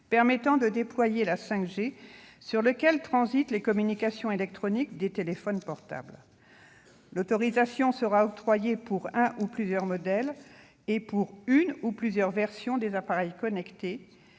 permettant de déployer la 5G, sur laquelle transitent les communications électroniques des téléphones portables. L'autorisation sera octroyée pour un ou plusieurs modèles et pour une ou plusieurs versions des appareils connectés,